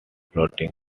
floating